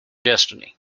destiny